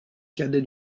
cadets